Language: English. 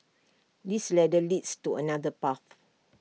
this ladder leads to another path